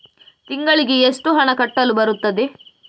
ತಿಂಗಳಿಗೆ ಎಷ್ಟು ಹಣ ಕಟ್ಟಲು ಬರುತ್ತದೆ?